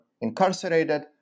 incarcerated